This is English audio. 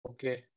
Okay